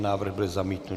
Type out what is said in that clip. Návrh byl zamítnut.